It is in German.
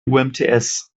umts